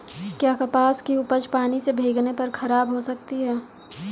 क्या कपास की उपज पानी से भीगने पर खराब हो सकती है?